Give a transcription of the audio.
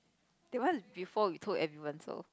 that one is before with two and even so